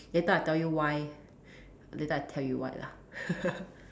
later I tell you why later I tell you why lah